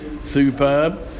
Superb